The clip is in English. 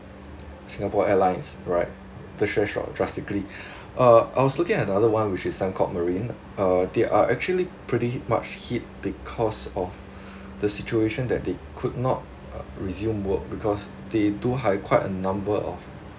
singapore airlines right the share shock drastically uh I was looking at another one which is sembcorp marine uh they are actually pretty much hit because of the situation that they could not uh resume work because they do hire quite a number of